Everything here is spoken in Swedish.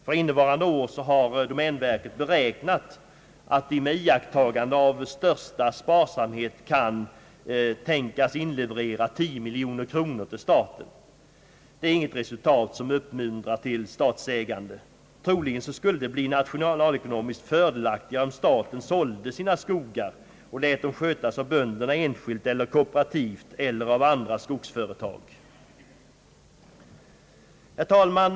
För innevarande år har domänverket beräknat att man med iakttagande av största sparsamhet kan tänkas inleverera 10 miljoner kronor. Detta är inget resultat som uppmuntrar till statsägande. Troligen skulle det bli nationalekonomiskt fördelaktigare om staten sålde sina skogar och lät dem skötas av bönderna enskilt eller kooperativt eller av andra skogsföretag. Herr talman!